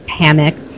panicked